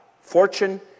Fortune